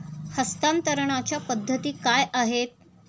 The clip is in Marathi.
हस्तांतरणाच्या पद्धती काय आहेत?